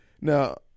Now